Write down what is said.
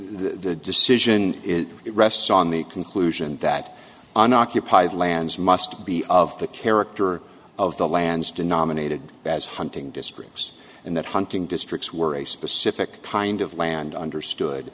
the decision is it rests on the conclusion that an occupied lands must be of the character of the lands denominated as hunting districts and that hunting districts were a specific kind of land understood